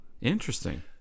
Interesting